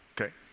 Okay